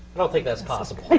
i don't think that's possible. but